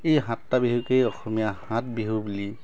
এই সাতটা বিহুকেই অসমীয়া সাত বিহু বুলি